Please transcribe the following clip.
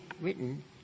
written